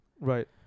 Right